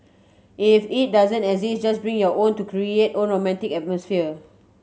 if it doesn't exist just bring your own to create own romantic atmosphere